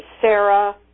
Sarah